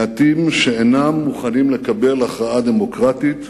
מעטים שאינם מוכנים לקבל הכרעה דמוקרטית